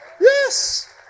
Yes